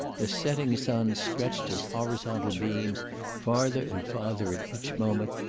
the setting sun stretched his horizontal beams farther and farther at each moment,